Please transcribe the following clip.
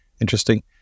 interesting